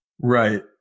Right